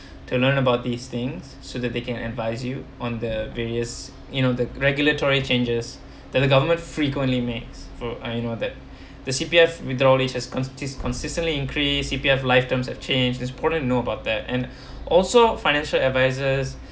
to learn about these things so that they can advise you on the various you know the regulatory changes that the government frequently makes for I know that the C_P_F withdraw age is consis~ consistently increase C_P_F life terms of change it's important to know about that and also financial advisors